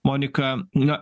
monika na